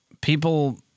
people